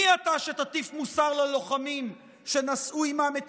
מי אתה שתטיף מוסר ללוחמים שנשאו עימם את